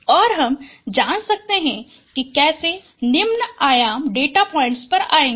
और हम जान सकते हैं कि कैसे निम्न आयाम डेटा पॉइंट पर आएगा